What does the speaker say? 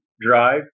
Drive